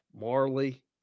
Marley